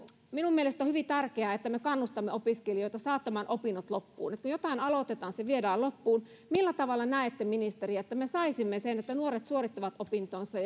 minun mielestäni on hyvin tärkeää että me kannustamme opiskelijoita saattamaan opinnot loppuun että kun jotain aloitetaan se viedään loppuun millä tavalla näette ministeri että me saisimme nuoret suorittamaan opintonsa